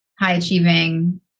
high-achieving